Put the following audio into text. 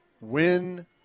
win